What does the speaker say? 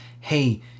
hey